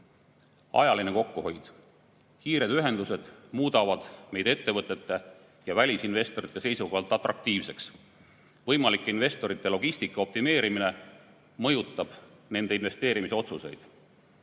kokkuhoid. Kiired ühendused muudavad meid ettevõtete ja välisinvestorite seisukohalt atraktiivseks. Võimalike investorite logistika optimeerimine mõjutab nende investeerimisotsuseid.